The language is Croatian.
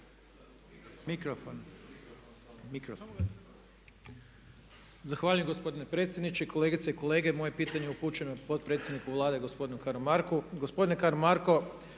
mikrofon,